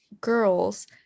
girls